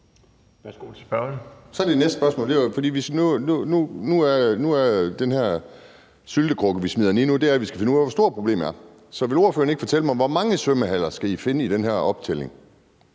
er der det næste spørgsmål. Nu er den her syltekrukke, som vi smider det i nu, at vi skal finde ud af, hvor stort problemet er. Så vil ordføreren ikke fortælle mig, hvor mange svømmehaller I skal finde i den her optælling?